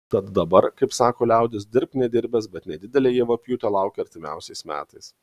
tad dabar kaip sako liaudis dirbk nedirbęs bet nedidelė javapjūtė laukia artimiausiais metais